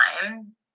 time